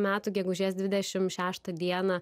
metų gegužės dvidešim šeštą dieną